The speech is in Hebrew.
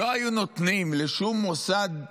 לא היו נותנים לשום מוסד ערבי,